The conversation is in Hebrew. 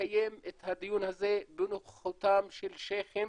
ולקיים את הדיון הזה בנוכחותם של שייח'ים